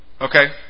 Okay